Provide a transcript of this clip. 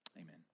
Amen